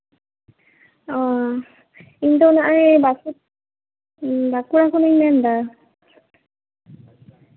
ᱤᱧ ᱫᱚ ᱱᱚᱜᱼᱚᱭ ᱵᱟᱸᱠᱩᱲᱟ ᱠᱷᱚᱱᱤᱧ ᱢᱮᱱᱫᱟ